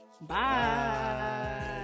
bye